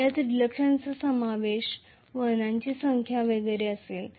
यात रिलक्टन्सचा समावेश वळणाची संख्या वगैरे असेल